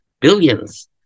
billions